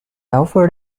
offered